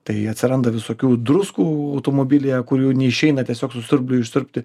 tai atsiranda visokių druskų automobilyje kurių neišeina tiesiog su siurbliu išsiurbti